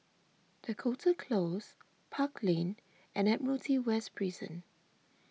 Dakota Close Park Lane and Admiralty West Prison